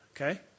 okay